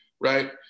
right